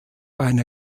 eine